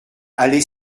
allait